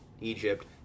Egypt